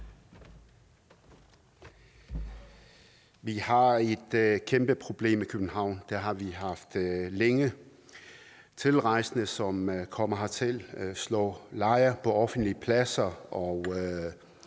Vi har et kæmpeproblem i København, og det har vi haft længe: Tilrejsende, som kommer hertil, slår lejr på offentlige pladser,